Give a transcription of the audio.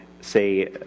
say